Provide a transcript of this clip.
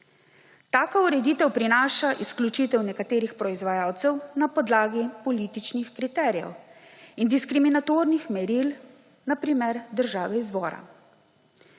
Taka ureditev prinaša izključitev nekaterih proizvajalcev na podlagi političnih kriterijev in diskriminatornih meril, na primer države izvora.